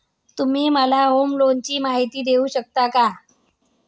तुम्ही मला होम लोनची माहिती देऊ शकता का?